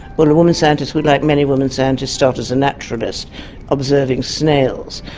but a woman scientist who like many women scientists started as a naturalist observing snails.